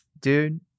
Dude